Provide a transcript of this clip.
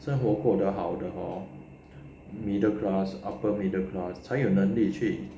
生活过得好的咯 middle class upper middle class 才有能力去